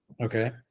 Okay